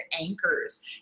anchors